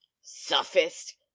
Sophist